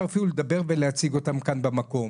אפילו לדבר ולהציג אותם כאן במקום.